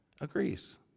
agrees